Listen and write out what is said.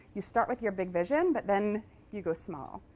you start with your big vision, but then you go small.